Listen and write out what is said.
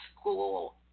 school